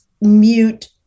mute